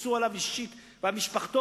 וטיפסו עליו אישית ועל משפחתו,